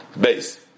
base